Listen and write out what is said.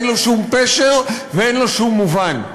אין לו שום פשר ואין לו שום מובן.